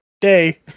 day